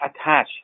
attach